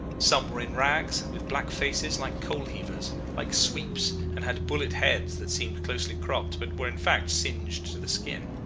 some were in rags, with black faces, like coal-heavers, like sweeps, and had bullet heads that seemed closely cropped, but were in fact singed to the skin.